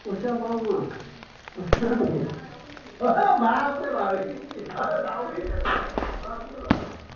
পইচা পাওঁ মই সঁচাকৈ